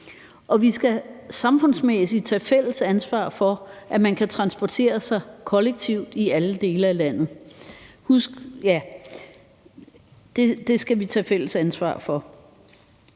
Vi skal samfundsmæssigt tage fælles ansvar for, at man kan transportere sig kollektivt i alle dele af landet – ja, det skal vi tage fælles ansvar for.